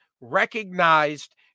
recognized